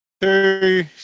two